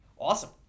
Awesome